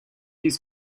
his